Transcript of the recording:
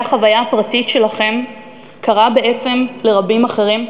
חוויה פרטית שלכם בעצם קרה לרבים אחרים?